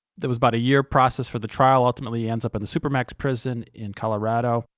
there was about a year process for the trial, ultimately he ends up in the supermax prison in colorado.